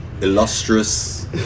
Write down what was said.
illustrious